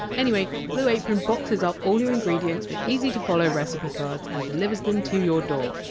anyway, blue apron boxes up all your ingredients with easy to follow recipe cards and delivers them to your door.